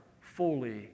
fully